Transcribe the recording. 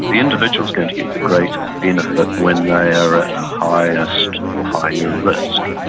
the individual is going to get the greatest benefit when they are at highest or higher risk.